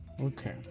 Okay